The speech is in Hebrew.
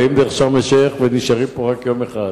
באים משארם-א-שיח' ונשארים פה רק יום אחד.